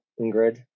Ingrid